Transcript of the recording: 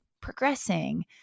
progressing